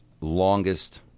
longest